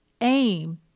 aim